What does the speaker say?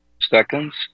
seconds